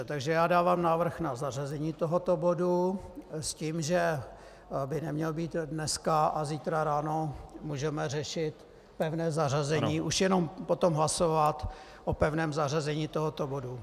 Takže dávám návrh na zařazení tohoto bodu s tím, že by neměl být dneska, a zítra ráno můžeme řešit pevné zařazení, už jenom potom hlasovat o pevném zařazení tohoto bodu.